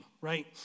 right